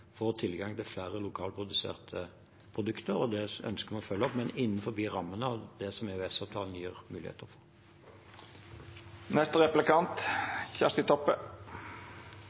får tilgang til flere lokalproduserte produkter. Det ønsker vi å følge opp, men innenfor rammene av det EØS-avtalen gir